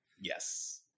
Yes